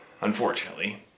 unfortunately